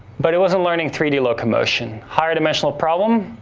but it wasn't learning three d locomotion. higher-dimensional problem.